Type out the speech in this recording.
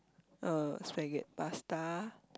uh spagett~ pasta